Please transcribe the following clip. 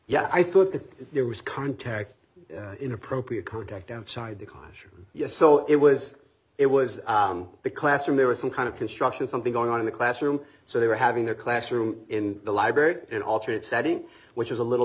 yeah i thought that there was contact inappropriate contact outside the caution yes so it was it was the classroom there was some kind of construction something going on in the classroom so they were having a classroom in the library an alternate setting which is a little